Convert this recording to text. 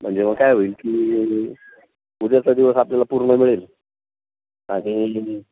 म्हणजे मग काय होईल की उद्याचा दिवस आपल्याला पूर्ण मिळेल आणि